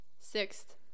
sixth